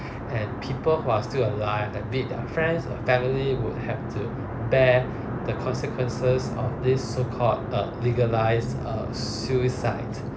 and people who are still alive that meet their friends or family would have to bear the consequences of this so called uh legalised uh suicide